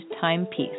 timepiece